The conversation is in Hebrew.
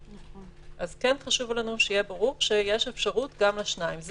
אז כן חשוב לנו שיהיה ברור שיש אפשרות גם לשניים.